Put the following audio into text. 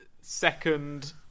second